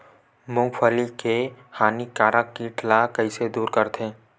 मूंगफली के हानिकारक कीट ला कइसे दूर करथे?